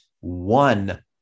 one